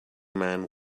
man